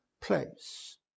place